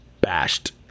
bashed